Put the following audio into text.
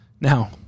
Now